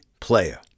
player